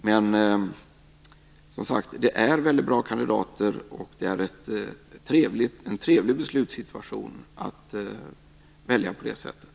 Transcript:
Det är bra kandidater, och det är en trevlig beslutssituation att välja mellan dem.